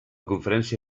conferència